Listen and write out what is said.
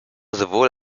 sowohl